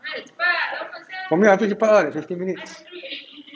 for me I feel cepat ah fifteen minutes